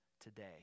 today